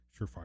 surefire